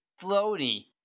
floaty